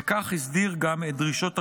וכך הסדיר גם את דרישות הרישיון,